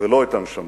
ולא את הנשמה.